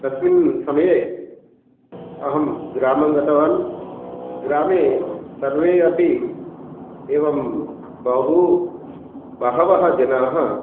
तस्मिन् समये अहं ग्रामं गतवान् ग्रामे सर्वे अपि एवं बहु बहवः जनाः